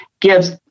gives